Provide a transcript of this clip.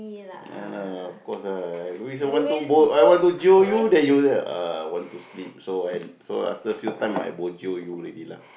ya lah of course lah I always want to go I want to jio then you say ah want to sleep so and so after few times I bo jio you already lah